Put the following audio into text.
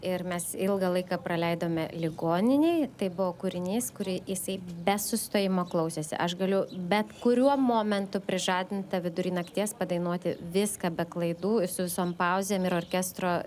ir mes ilgą laiką praleidome ligoninėje tai buvo kūrinys kurį jisai be sustojimo klausėsi aš galiu bet kuriuo momentu prižadinta vidury nakties padainuoti viską be klaidų su visom pauzėm ir orkestro